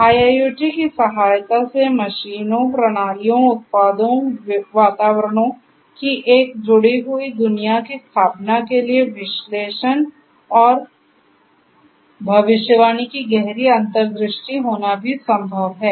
IIoT की सहायता से मशीनों प्रणालियों उत्पादों वातावरणों की एक जुड़ी हुई दुनिया की स्थापना के लिए विश्लेषण और भविष्यवाणी की गहरी अंतर्दृष्टि होना भी संभव है